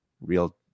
real